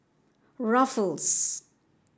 ruffles